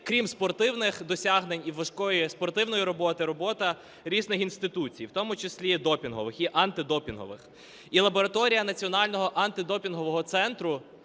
крім спортивних досягнень і важкої спортивної роботи, робота різних інституцій, в тому числі і допінгових, і антидопінгових. І лабораторія Національного антидопінгового центру,